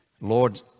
Lord